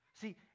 See